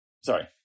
sorry